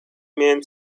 man